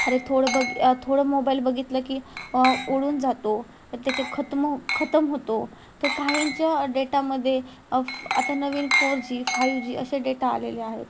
अरे थोडं बघी थोडं मोबाईल बघितलं की उडून जातो त्याचे खतम खतम होतो तर काहींच्या डेटामध्ये आता नवीन फोर जी फाईव्ह जी असे डेटा आलेले आहेत